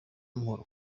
amahoro